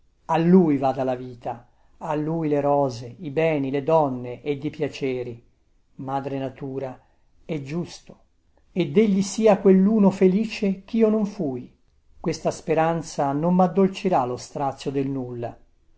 a lui vada la vita a lui le rose i beni le donne ed i piaceri madre natura è giusto ed egli sia quelluno felice chio non fui questa speranza sola maddolcirà lo strazio del nulla